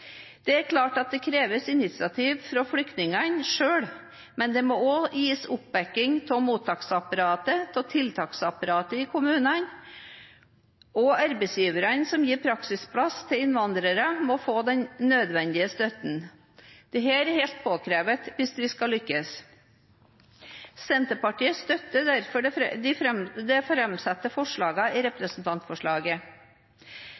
Det er klart at det kreves initiativ fra flyktningene selv, men de må også gis oppbacking av mottaks- og tiltaksapparatet i kommunene, og arbeidsgiverne som gir praksisplass til innvandrere, må få den nødvendige støtten. Dette er helt påkrevet, hvis vi skal lykkes. Senterpartiet støtter derfor det